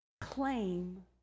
Claim